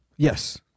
Yes